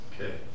Okay